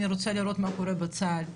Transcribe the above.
אני רוצה לראות מה קורה בצה"ל,